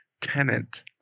Tenant